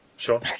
Sure